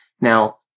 Now